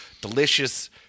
delicious